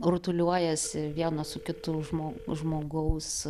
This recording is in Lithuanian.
rutuliojasi viena su kitu žmo žmogaus